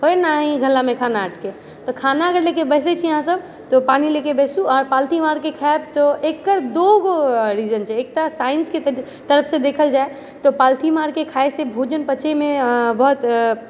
होइ ना गलामे खाना अटकै तऽ खाना अगर लेके बैसै छी अहाँसब तऽ पानि लेके बैसु आ पालथी मारके खाएब तऽ एकर दोगो रीजन छै एक तऽ साइंसके तरफसँ देखल जाए तऽ पालथी मारके खाएसँ भोजन पचयमे बहुत